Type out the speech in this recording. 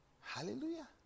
Hallelujah